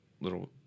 little